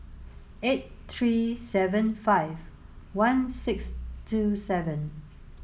eight three seven five one six two seven